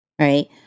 Right